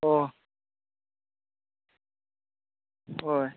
ꯑꯣ ꯍꯣꯏ